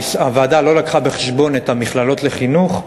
הוועדה לא לקחה בחשבון את המכללות לחינוך,